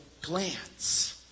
glance